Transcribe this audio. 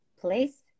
place